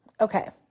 Okay